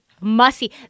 Mussy